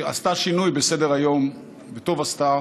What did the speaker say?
היא עשתה שינוי בסדר-היום, וטוב עשתה,